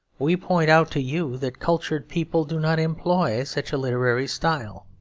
we point out to you that cultured people do not employ such a literary style.